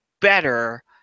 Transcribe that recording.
better